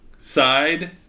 side